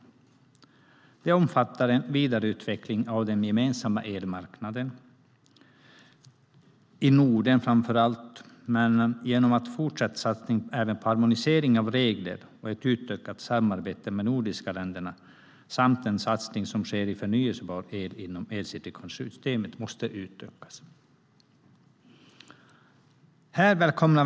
Detta omfattar en vidareutveckling av den gemensamma elmarknaden i framför allt Norden, genom en fortsatt satsning på harmonisering av regler och ett utökat samarbete mellan de nordiska länderna. Den satsning som sker på förnybar el inom elcertifikatssystemet måste också utökas.